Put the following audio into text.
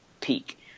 peak